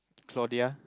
Claudia